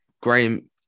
Graham